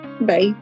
Bye